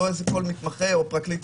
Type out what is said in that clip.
כל מתמחה או פרקליט צעיר.